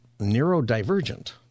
neurodivergent